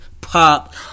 pop